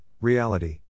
reality